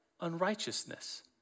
unrighteousness